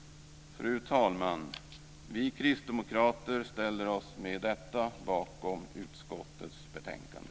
Fru talman! Vi kristdemokrater ställer oss med detta bakom utskottets betänkande.